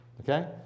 Okay